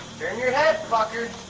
turn your head, fucker!